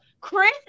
Chris